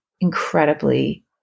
incredibly